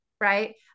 right